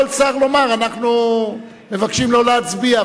יכול שר לומר: אנחנו מבקשים לא להצביע,